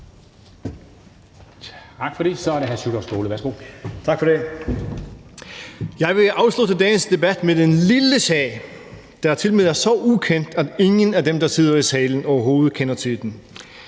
(Partileder) Sjúrður Skaale (JF): Tak for det. Jeg vil afslutte dagens debat med en lille sag, der tilmed er så ukendt, at ingen af dem, der sidder i salen, overhovedet kender til den.